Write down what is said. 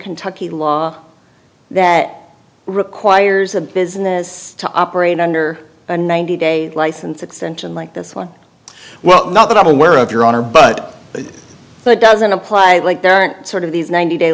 kentucky law that requires a business to operate under a ninety day license extension like this one well not that i'm aware of your honor but that doesn't apply like there aren't sort of these ninety day